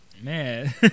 man